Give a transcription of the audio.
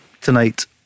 tonight